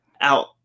out